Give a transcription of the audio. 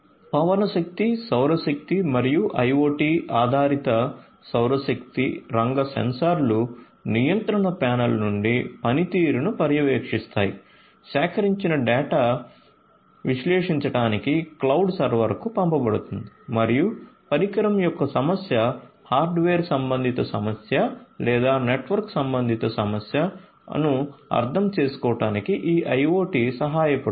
పవన శక్తి సౌర శక్తి మరియు IoT ఆధారిత సౌర శక్తి రంగ సెన్సార్లు నియంత్రణ ప్యానెల్ నుండి పనితీరును పర్యవేక్షిస్తాయి సేకరించిన డేటా విశ్లేషించడానికి క్లౌడ్ సర్వర్కు పంపబడుతుంది మరియు పరికరం యొక్క సమస్య హార్డ్వేర్ సంబంధిత సమస్య లేదా నెట్వర్క్ సంబంధిత సమస్య ను అర్థం చేసుకోవడానికి ఈ IoT సహాయపడుతుంది